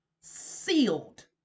sealed